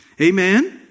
Amen